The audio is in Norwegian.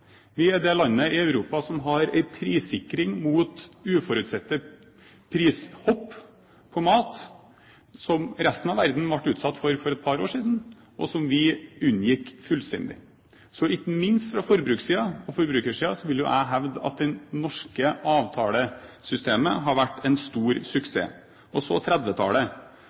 Vi er det landet i Europa som har en prissikring mot uforutsette prishopp på mat, som resten av verden ble utsatt for for et par år siden, og som vi unngikk fullstendig. Ikke minst fra forbrukssiden og forbrukersiden vil jeg hevde at det norske avtalesystemet har vært en stor suksess. Så